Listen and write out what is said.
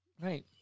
Right